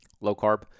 low-carb